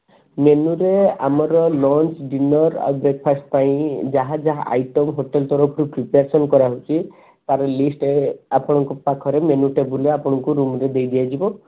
ମେନ୍ୟୁରେ ଆମର lunch dinner ଆଉ breakfast ପାଇଁ ଯାହା ଯାହା ଆଇଟମ୍ ହୋଟେଲ୍ ତଫରରୁ ପ୍ରିପାରେସନ୍ କରାହେଉଛି ତାହାର ଲିଷ୍ଟ ଆପଣଙ୍କ ପାଖରେ ମେନ୍ୟୁ ଟେବୁଲ୍ରେ ଆପଣଙ୍କୁ ରୁମ୍ରେ ଦେଇ ଦିଆଯିବ